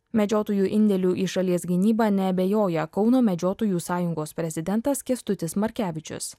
medžiotojų indėliu į šalies gynybą neabejoja kauno medžiotojų sąjungos prezidentas kęstutis markevičius